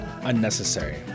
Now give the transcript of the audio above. unnecessary